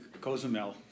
Cozumel